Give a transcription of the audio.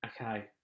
Okay